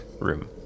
room